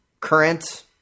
Current